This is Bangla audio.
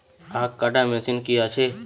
আখ কাটা মেশিন কি আছে?